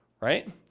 right